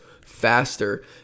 faster